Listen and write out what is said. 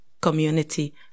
community